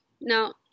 now